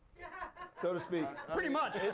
so to speak. pretty much.